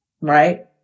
right